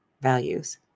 values